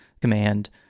command